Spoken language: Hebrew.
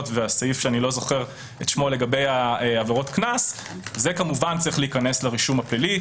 והסעיף לגבי עבירות הקנס הם כמובן כן צריכים להיכנס לרישום הפלילי.